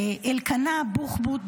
אלקנה בוחבוט,